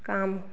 काम